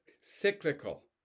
cyclical